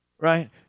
Right